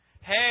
Hey